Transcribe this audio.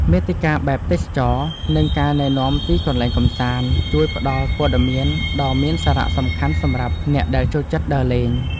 មាតិកាបែបទេសចរណ៍ និងការណែនាំទីកន្លែងកម្សាន្ត ជួយផ្ដល់ព័ត៌មានដ៏មានសារៈសំខាន់សម្រាប់អ្នកដែលចូលចិត្តដើរលេង។